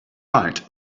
mind